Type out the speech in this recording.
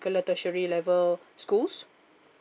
tertiary level schools